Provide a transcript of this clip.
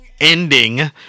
ending